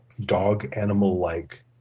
dog-animal-like